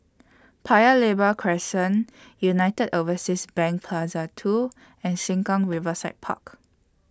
Paya Lebar Crescent United Overseas Bank Plaza two and Sengkang Riverside Park